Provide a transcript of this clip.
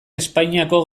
espainiako